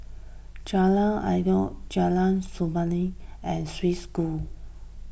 Jalan Antoi Jalan Samulun and Swiss School